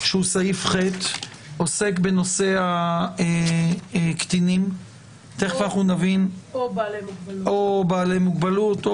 הוא עוסק בנושא הקטינים או אנשים עם מוגבלות.